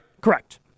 Correct